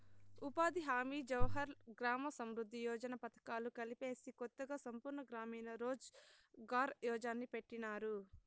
ఉపాధి హామీ జవహర్ గ్రామ సమృద్ది యోజన పథకాలు కలిపేసి కొత్తగా సంపూర్ణ గ్రామీణ రోజ్ ఘార్ యోజన్ని పెట్టినారు